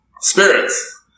spirits